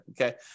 okay